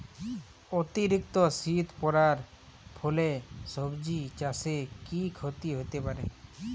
অতিরিক্ত শীত পরার ফলে সবজি চাষে কি ক্ষতি হতে পারে?